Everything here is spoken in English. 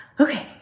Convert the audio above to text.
Okay